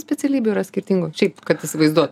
specialybių yra skirtingų šiaip kad įsivaizduo